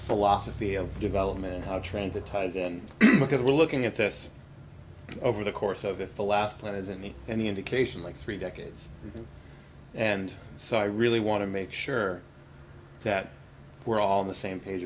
philosophy of development and how transit ties in because we're looking at this over the course of if the last plan is any indication like three decades and so i really want to make sure that we're all on the same page